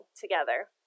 together